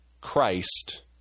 Christ